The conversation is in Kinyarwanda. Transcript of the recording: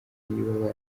niba